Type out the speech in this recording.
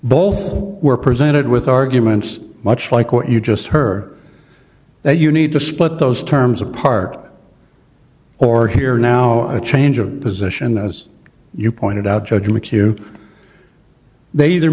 both were presented with arguments much like what you just heard that you need to split those terms apart or here now a change of position as you pointed out judge mchugh they either